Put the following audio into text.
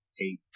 eight